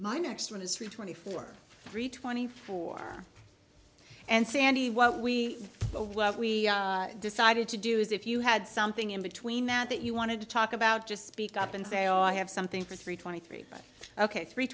my next one is three twenty four three twenty four and sandy what we what we decided to do is if you had something in between that that you wanted to talk about just speak up and say oh i have something for three twenty three ok three